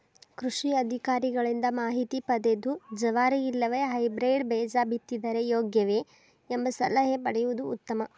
ಕೃಷಿ ಅಧಿಕಾರಿಗಳಿಂದ ಮಾಹಿತಿ ಪದೆದು ಜವಾರಿ ಇಲ್ಲವೆ ಹೈಬ್ರೇಡ್ ಬೇಜ ಬಿತ್ತಿದರೆ ಯೋಗ್ಯವೆ? ಎಂಬ ಸಲಹೆ ಪಡೆಯುವುದು ಉತ್ತಮ